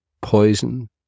poison